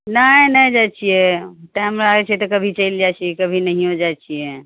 नहि नहि जाइ छियै टाइम रहय छै तऽ कभी चलि जाइ छी कभी नहियो जाइ छियै